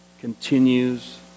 continues